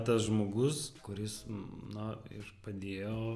tas žmogus kuris na ir padėjo